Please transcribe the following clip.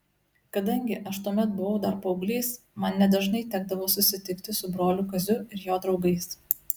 kadangi aš tuomet buvau dar paauglys man nedažnai tekdavo susitikti su broliu kaziu ir jo draugais